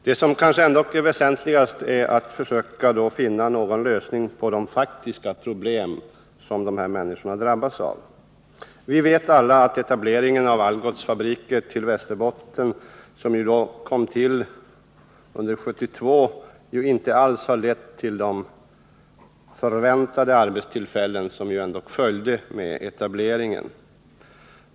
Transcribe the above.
Det som i dag är det väsentligaste är att försöka finna någon lösning på de faktiska problem som de här människorna drabbats av. Vi vet alla att etableringen av Algots fabriker i Västerbotten, som skedde under 1972, inte alls har lett till att Skellefteåregionen fick det antal arbetstillfällen som förväntades följa med etableringen.